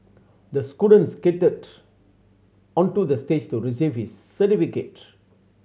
the student skated onto the stage to receive his certificate